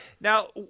Now